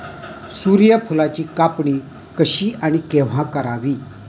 सूर्यफुलाची कापणी कशी आणि केव्हा करावी?